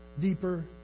deeper